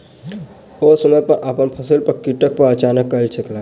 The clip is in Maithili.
ओ समय पर अपन फसिल पर कीटक पहचान कय सकला